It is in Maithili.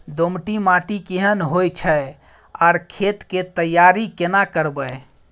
दोमट माटी केहन होय छै आर खेत के तैयारी केना करबै?